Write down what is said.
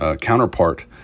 counterpart